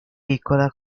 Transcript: piccola